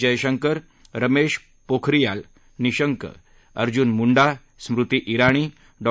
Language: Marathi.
जयशंकर रमेश पोखरियाल निशंक अर्जुन मुंडा स्मृती जिणी डॉ